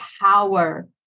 power